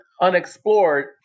unexplored